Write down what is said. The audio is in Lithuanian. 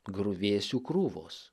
griuvėsių krūvos